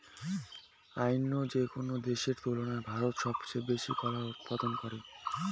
অইন্য যেকোনো দেশের তুলনায় ভারত সবচেয়ে বেশি কলা উৎপাদন করে